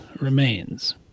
remains